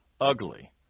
ugly